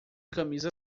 camisa